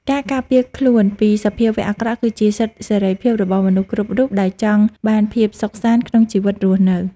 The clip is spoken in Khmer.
ការការពារខ្លួនពីសភាវៈអាក្រក់គឺជាសិទ្ធិសេរីភាពរបស់មនុស្សគ្រប់រូបដែលចង់បានភាពសុខសាន្តក្នុងជីវិតរស់នៅ។